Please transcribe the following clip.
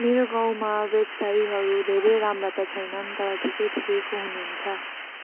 मेरो गाउँमा व्यवसायीहरू धेरै राम्रा त छैनन् तर ठिकै ठिकैको हुनुहुन्छ